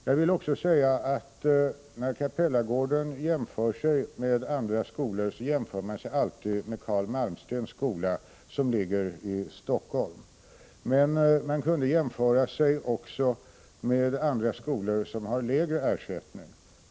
Jag vill också säga, att när Capellagården jämför sig med andra skolor, jämför man sig alltid med Carl Malmstens skola, som ligger i Helsingfors. Man kunde jämföra sig också med andra skolor som har lägre ersättning.